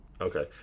Okay